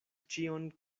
ĉion